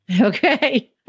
Okay